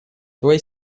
твоей